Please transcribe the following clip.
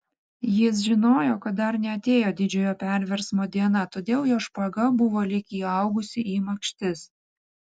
jis žinojo kad dar neatėjo didžiojo perversmo diena todėl jo špaga buvo lyg įaugusi į makštis